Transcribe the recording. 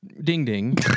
ding-ding